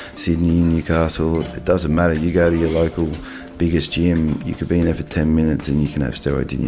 sydney, newcastle, it doesn't matter, you go to your local biggest gym, you could be in there for ten minutes and you can have steroids in your